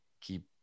keep